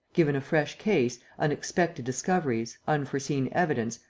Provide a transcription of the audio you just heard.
given a fresh case, unexpected discoveries, unforeseen evidence,